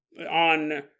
on